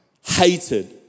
hated